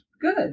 Good